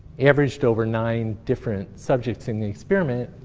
averaged over nine different subjects in the experiment,